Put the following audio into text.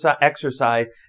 exercise